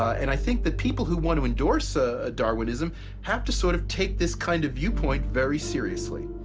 and i think that people who want to endorse ah darwinism have to sort of take this kind of viewpoint very seriously.